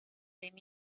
demi